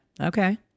Okay